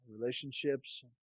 Relationships